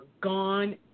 gone